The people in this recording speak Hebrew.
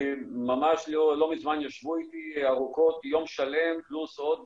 לא מזמן ישבו איתי ארוכות, יום שלם פלוס עוד